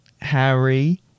Harry